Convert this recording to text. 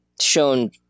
shown